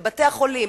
בבתי-החולים,